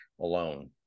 alone